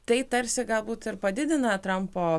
tai tarsi galbūt ir padidina trampo